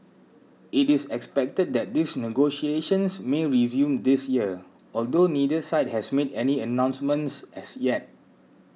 it is expected that these negotiations may resume this year although neither side has made any announcements as yet